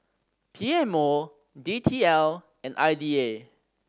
P M O D T L and I D A